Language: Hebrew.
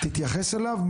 תתייחס אליו.